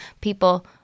people